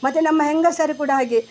ಮತ್ತೆ ನಮ್ಮ ಹೆಂಗಸರು ಕೂಡ ಹಾಗೆ